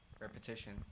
repetition